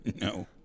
No